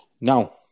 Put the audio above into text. Now